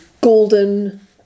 golden